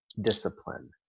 discipline